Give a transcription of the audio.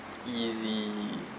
easy